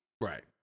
Right